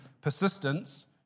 Persistence